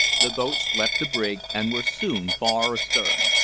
the boats left the brig, and were soon far astern.